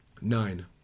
Nine